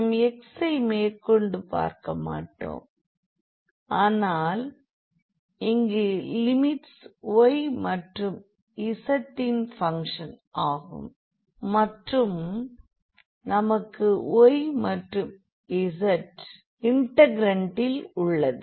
நாம் x ஐ மேற்கொண்டு பார்க்கமாட்டோம் ஆனால் இங்கு லிமிட்ஸ் y மற்றும் z இன் பங்க்ஷன் ஆகும் மற்றும் நமக்கு y மற்றும் z இன்டெக்ரன்டில் உள்ளது